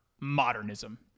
modernism